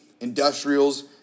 industrials